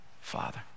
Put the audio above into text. Father